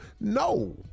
No